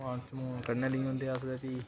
समान समून कन्नै लेई जंदे अस बी